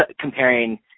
comparing